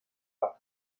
daukat